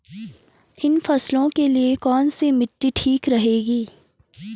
इन फसलों के लिए कैसी मिट्टी ठीक रहेगी?